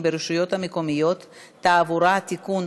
ברשויות המקומיות (תעבורה) (תיקון),